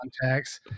Contacts